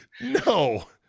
no